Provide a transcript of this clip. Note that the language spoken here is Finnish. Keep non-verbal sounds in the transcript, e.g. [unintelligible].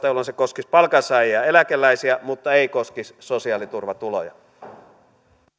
[unintelligible] jolloin se koskisi palkansaajia ja eläkeläisiä mutta ei koskisi sosiaaliturvatuloja